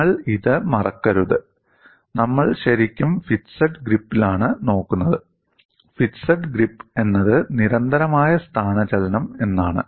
നിങ്ങൾ ഇത് മറക്കരുത് നമ്മൾ ശരിക്കും ഫിക്സഡ് ഗ്രിപ്പിലാണ് നോക്കുന്നത് ഫിക്സഡ് ഗ്രിപ്പ് എന്നത് നിരന്തരമായ സ്ഥാനചലനം എന്നാണ്